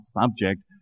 subject